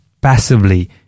passively